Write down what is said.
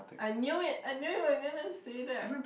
I knew it I knew you were going to say that